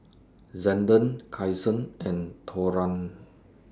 Zander Kyson and Torran